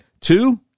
Two